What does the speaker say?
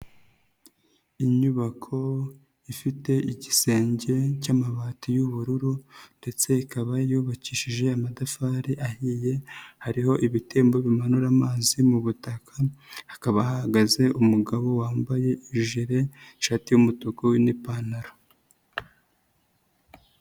Inyubako ifite igisenge cy'amabati y'ubururu ndetse ikaba yubakishije amatafari ahiye, hariho ibitembo bimanura amazi mu butaka. Hakaba hahagaze umugabo wambaye ijire, ishati y'umutuku n'ipantaro.